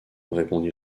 répondit